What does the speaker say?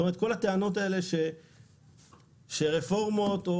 זאת אומרת כל הטענות שרפורמות או